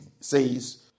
says